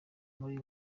muri